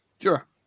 Sure